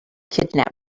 kidnap